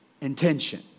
intention